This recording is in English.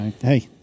Hey